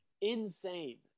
insane